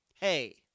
hey